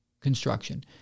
construction